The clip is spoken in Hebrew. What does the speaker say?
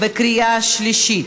בקריאה שלישית.